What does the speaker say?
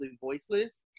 voiceless